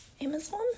Amazon